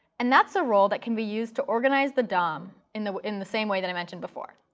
and that's a role that can be used to organize the dom in the in the same way that i mentioned before.